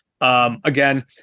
Again